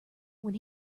when